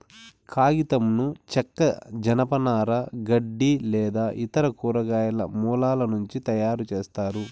కాగితంను చెక్క, జనపనార, గడ్డి లేదా ఇతర కూరగాయల మూలాల నుంచి తయారుచేస్తారు